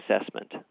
assessment